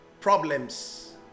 problems